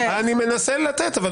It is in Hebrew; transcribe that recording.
מנסה לתת.